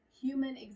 human